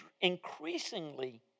increasingly